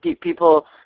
People